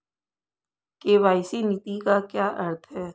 KYC नीति का क्या अर्थ है?